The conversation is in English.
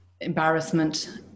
embarrassment